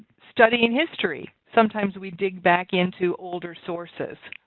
studying history sometimes we dig back into older sources.